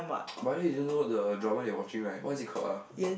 why you didn't know the drama they watching right what is it called ah